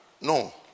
No